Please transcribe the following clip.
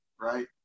right